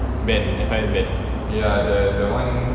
ben define ben